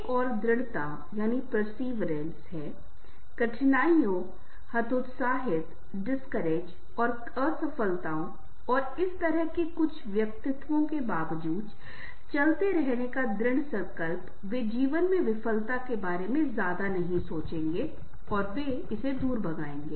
एक और दृढ़ता है कठिनाइयों हतोत्साहित और असफलताओं और इस तरह के कुछ व्यक्तित्वों के बावजूद चलते रहने का दृढ़ संकल्प वे जीवन में विफलता के बारे में ज्यादा नहीं सोचेंगे और वे इसे दूर करेंगे